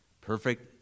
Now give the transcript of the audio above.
perfect